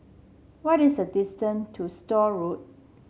what is the distance to Store Road